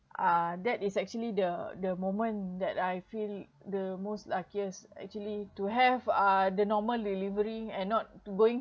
uh that is actually the the moment that I feel the most luckiest actually to have uh the normal delivery and not to going